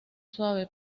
suave